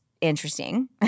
interesting